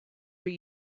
were